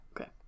Okay